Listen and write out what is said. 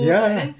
ya